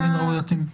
אילנה נמצאת בזום.